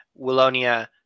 Wallonia